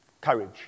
courage